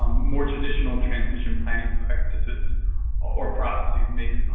um more traditional traditional planning practices or processes may